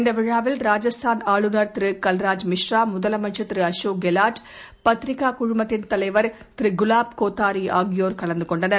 இந்த விழாவில் ராஜஸ்தான் ஆளுநர் திரு கல்ராஜ்மிஸ்ரா முதலமைச்சர் திரு அசோக் கெலாட் பத்திரிகா குழுமத்தின் தலைவர் திரு குலாப் கோத்தாரி ஆகியோர் கலந்து கொண்டனர்